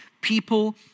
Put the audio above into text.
people